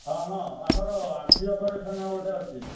ହଁ ହଁ ଆମର ଆଖି ଅପରେସନ୍ ଗୋଟେ ଅଛି